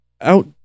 out